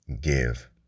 give